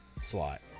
slot